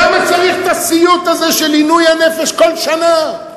למה צריך את הסיוט הזה של עינוי הנפש כל שנה?